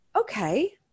okay